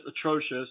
atrocious